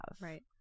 right